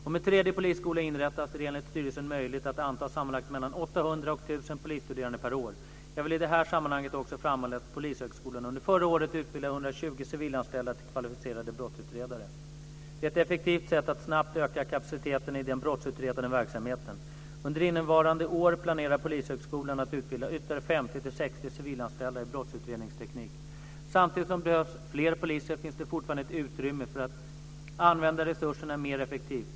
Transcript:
Om en tredje polisskola inrättas är det enligt styrelsen möjligt att anta sammanlagt mellan 800 och Jag vill i det här sammanhanget också framhålla att Polishögskolan under förra året utbildade 120 civilanställda till kvalificerade brottsutredare. Det är ett effektivt sätt att snabbt öka kapaciteten i den brottsutredande verksamheten. Under innevarande år planerar Polishögskolan att utbilda ytterligare 50-60 Samtidigt som det behövs fler poliser finns det fortfarande ett utrymme för att använda resurserna mer effektivt.